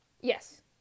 Yes